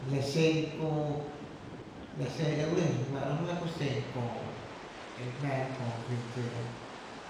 La xen köö, la xen e lɇ re fáá’ra jö, la ku xen köö e re jmáára köö e jyn dsira